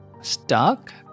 stuck